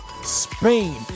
Spain